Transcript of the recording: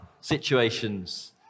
situations